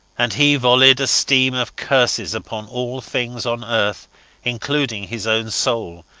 and he volleyed a stream of curses upon all things on earth including his own soul,